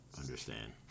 understand